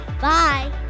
Bye